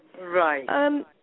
Right